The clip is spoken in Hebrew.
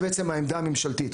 זאת בעצם העמדה הממשלתית.